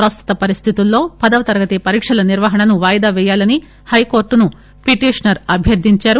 ప్రస్తుత పరిస్థితుల్లో పదవ తరగతి పరీక్షల నిర్వహణను వాయిదా పేయాలని హైకోర్టును పిటిషనర్ అభ్యర్దించారు